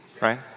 right